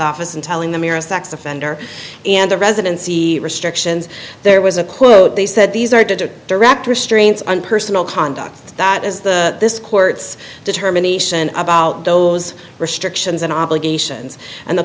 office and telling them you're a sex offender and the residency restrictions there was a quote they said these are direct restraints on personal conduct that is the this court's determination about those restrictions and obligations and the